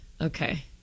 okay